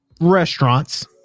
restaurants